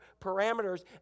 parameters